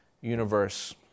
universe